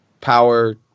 power